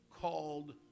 Called